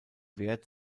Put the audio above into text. wert